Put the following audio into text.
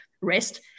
rest